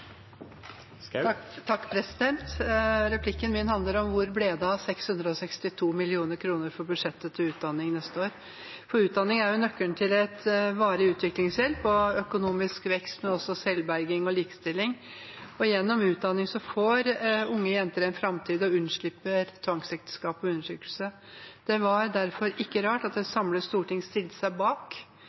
Replikken min handler om hvor det ble av 662 mill. kr på budsjettet til utdanning neste år. Utdanning er jo nøkkelen til varig utviklingshjelp, økonomisk vekst og også selvberging og likestilling. Gjennom utdanning får unge jenter en framtid og unnslipper tvangsekteskap og undertrykkelse. Det var derfor ikke rart at et samlet storting stilte seg bak